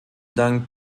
dank